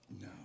No